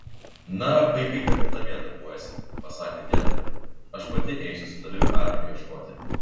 na vaikai tegul namie darbuojasi pasakė tėvui aš pati eisiu su tavimi arklio ieškoti